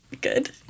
Good